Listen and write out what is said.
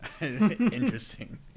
interesting